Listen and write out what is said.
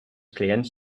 clients